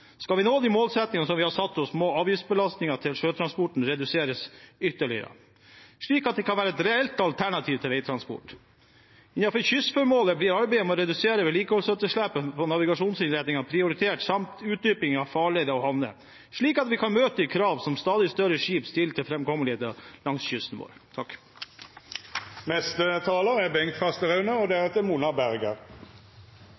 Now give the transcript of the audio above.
Skal vi nå de målsettingene vi har satt oss, må avgiftsbelastningen til sjøtransporten reduseres ytterligere, slik at den kan være et reelt alternativ til veitransport. Innenfor kystformålet prioriteres arbeidet med å redusere vedlikeholdsetterslepet på navigasjonsinnretninger, samt utdyping av farleder og havner, slik at vi kan møte krav som stadig større skip stiller til framkommeligheten langs kysten vår. De mange trailerne som frakter gods på norske veier, er en fare for trafikksikkerheten, fører til stor veislitasje og